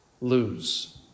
lose